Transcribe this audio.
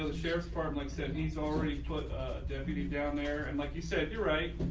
ah shares part like said and he's already put a deputy down there. and like you said, you're right,